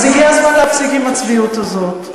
אז הגיע הזמן להפסיק עם הצביעות הזאת.